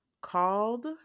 called